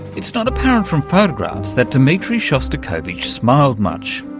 it's not apparent from photographs that dmitri shostakovich smiled much.